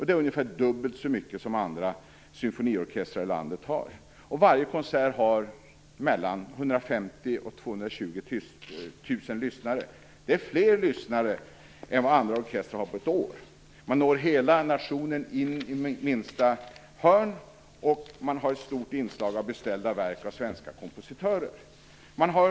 Det är ungefär dubbelt så mycket som andra symfoniorkestrar i landet har. Varje konsert har 150 000-220 000 lyssnare. Det är fler lyssnare än vad andra orkestrar har på ett år. Man når hela nationen in i minsta hörn, och man har ett stort inslag av beställda verk av svenska kompositörer.